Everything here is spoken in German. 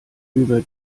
über